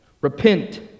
Repent